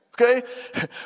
Okay